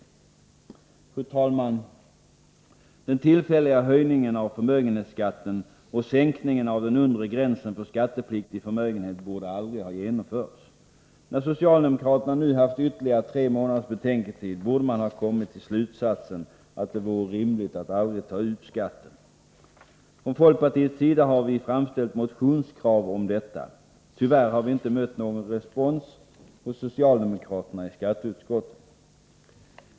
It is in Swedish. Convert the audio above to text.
Fru talman! Den tillfälliga höjningen av förmögenhetsskatten och sänkningen av den undre gränsen för skattepliktig förmögenhet borde aldrig ha genomförts. När socialdemokraterna nu har haft ytterligare tre månaders betänketid borde man ha kommit till slutsatsen att det vore rimligt att aldrig ta ut skatten. Från folkpartiets sida har vi framställt motionskrav på detta. Tyvärr har vi inte mött någon respons hos socialdemokraterna i skatteutskottet.